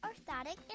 orthotic